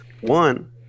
One